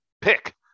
pick